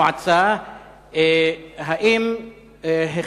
פירקת את המועצה.